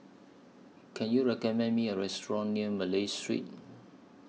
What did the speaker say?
Can YOU recommend Me A Restaurant near Malay Street